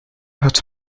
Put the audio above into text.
hat